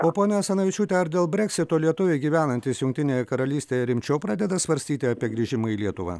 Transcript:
o ponia asanavičiūte ar dėl breksito lietuviai gyvenantys jungtinėje karalystėje rimčiau pradeda svarstyti apie grįžimą į lietuvą